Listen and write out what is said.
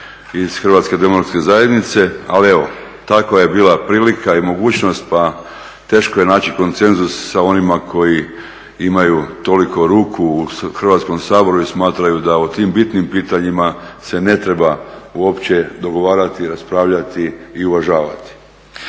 za nas zastupnike iz HDZ-a, ali evo takva je bila prilika i mogućnost pa teško je naći konsenzus sa onima koji imaju toliko ruku u Hrvatskom saboru i smatraju da o tim bitnim pitanjima se ne treba uopće dogovarati, raspravljati i uvažavati.